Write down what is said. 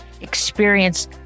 experience